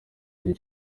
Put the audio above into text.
iki